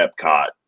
Epcot